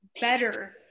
Better